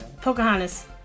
Pocahontas